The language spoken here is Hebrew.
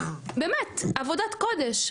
באמת, עבודת קודש.